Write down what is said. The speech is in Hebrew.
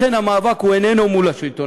לכן המאבק איננו מול השלטון